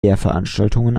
lehrveranstaltungen